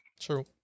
True